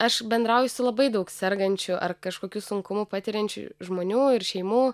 aš bendrauju su labai daug sergančių ar kažkokių sunkumų patiriančių žmonių ir šeimų